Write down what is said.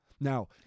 Now